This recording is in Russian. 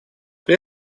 при